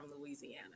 Louisiana